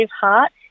heart